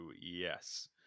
yes